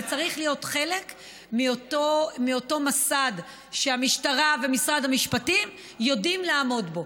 זה צריך להיות חלק מאותו מסד שהמשטרה ומשרד המשפטים יודעים לעמוד בו,